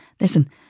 listen